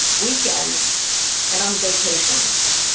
weekends and on vacations.